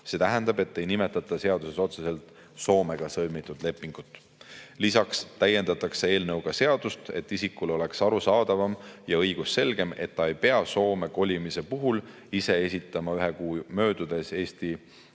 See tähendab, et seaduses ei nimetata otseselt Soomega sõlmitud lepingut. Lisaks täiendatakse eelnõuga seadust, et isikule oleks arusaadavam ja õigusselgem, et ta ei pea Soome kolimise puhul ise esitama ühe kuu möödudes Eesti